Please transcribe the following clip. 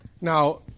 Now